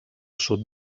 sud